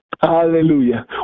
Hallelujah